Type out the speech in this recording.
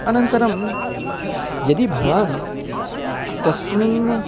अनन्तरं यदि भवान् तस्मिन्